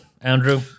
Andrew